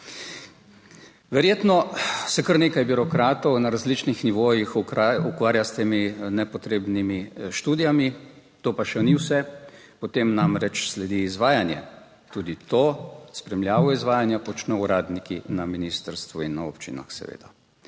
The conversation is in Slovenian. Verjetno se kar nekaj birokratov na različnih nivojih ukvarja s temi nepotrebnimi študijami. To pa še ni vse. Potem namreč sledi izvajanje, tudi to spremljavo izvajanja počno uradniki na ministrstvu in na občinah seveda.